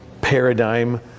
paradigm